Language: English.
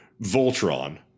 Voltron